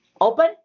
open